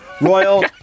Royal